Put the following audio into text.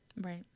right